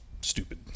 stupid